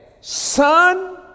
Son